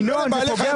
למה אתה משקר?